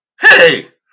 hey